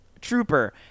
trooper